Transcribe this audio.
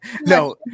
no